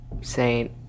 Saint